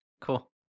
Cool